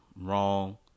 wrong